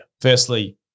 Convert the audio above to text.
firstly